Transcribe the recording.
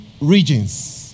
regions